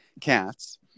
cats